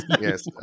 yes